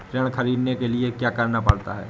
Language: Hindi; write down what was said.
ऋण ख़रीदने के लिए क्या करना पड़ता है?